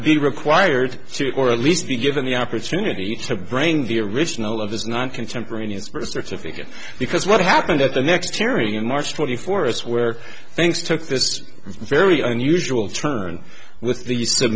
be required to or at least be given the opportunity to bring the original of this not contemporaneous birth certificate because what happened at the next hearing in march twenty fourth where things took this very unusual turn with the